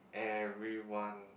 everyone